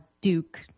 Duke